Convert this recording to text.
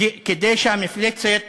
כדי שהמפלצת